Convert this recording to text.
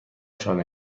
شانه